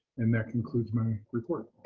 and that concludes my report.